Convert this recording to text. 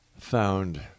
found